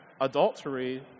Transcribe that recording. adultery